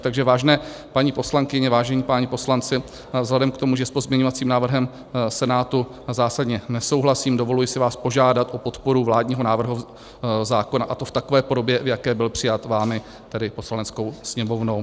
Takže vážené paní poslankyně, vážení páni poslanci, vzhledem k tomu, že s pozměňovacím návrhem Senátu zásadně nesouhlasím, dovoluji si vás požádat o podporu vládního návrhu zákona, a to v takové podobě, v jaké byl přijat vámi, tedy Poslaneckou sněmovnou.